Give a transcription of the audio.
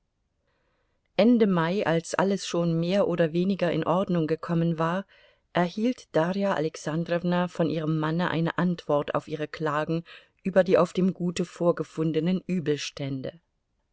ende mai als alles schon mehr oder weniger in ordnung gekommen war erhielt darja alexandrowna von ihrem manne eine antwort auf ihre klagen über die auf dem gute vorgefundenen